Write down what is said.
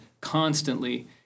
constantly